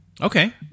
Okay